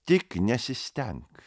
tik nesistenk